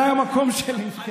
זה היה המקום שלי.